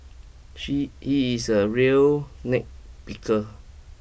she he is a real nitpicker